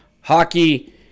hockey